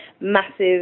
massive